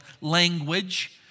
language